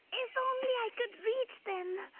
if only i could reach them.